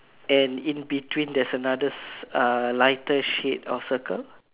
and in between there's another s~ uh lighter shade or circle